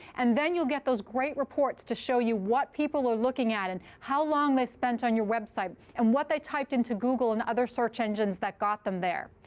and then you'll get those great reports to show you what people were looking at and how long they spent on your website and what they typed into google and other search engines that got them there.